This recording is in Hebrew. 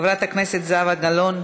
חברת הכנסת זהבה גלאון,